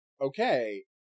okay